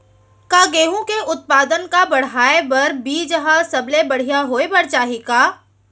का गेहूँ के उत्पादन का बढ़ाये बर बीज ह सबले बढ़िया होय बर चाही का?